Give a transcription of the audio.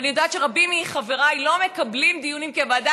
ואני יודעת שרבים מחבריי לא מקבלים דיונים כי הוועדה